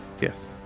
Yes